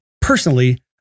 personally